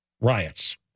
riots